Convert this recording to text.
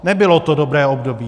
Nebylo to dobré období.